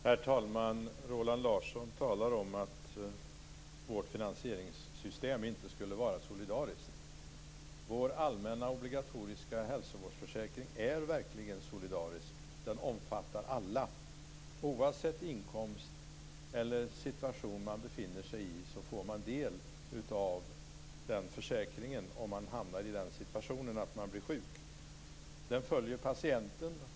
Herr talman! Roland Larsson talar om att vårt finansieringssystem inte skulle vara solidariskt. Vår allmänna obligatoriska hälsovårdsförsäkring är verkligen solidarisk. Den omfattar alla. Oavsett den inkomst man har eller den situation man befinner sig i, får man del av försäkringen om man hamnar i den situationen att man blir sjuk. Försäkringen följer patienten.